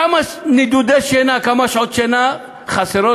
כמה נדודי שינה, כמה שעות שינה חסרות